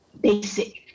basic